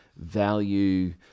value